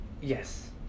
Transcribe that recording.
yes